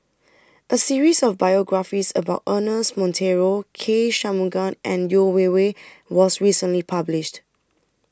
A series of biographies about Ernest Monteiro K Shanmugam and Yeo Wei Wei was recently published